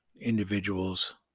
individuals